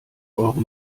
eure